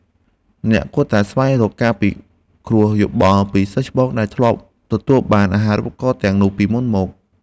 អ្នកគួរតែស្វែងរកការពិគ្រោះយោបល់ពីសិស្សច្បងដែលធ្លាប់ទទួលបានអាហារូបករណ៍ទាំងនោះពីមុនមក។